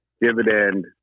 dividend